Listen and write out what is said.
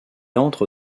entre